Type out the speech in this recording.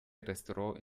restaurant